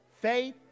Faith